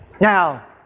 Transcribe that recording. Now